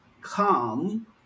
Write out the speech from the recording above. come